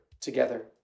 together